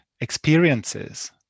experiences